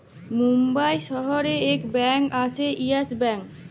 বোম্বাই শহরে ইক ব্যাঙ্ক আসে ইয়েস ব্যাঙ্ক